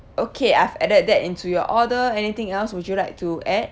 okay I've added that into your order anything else would you like to add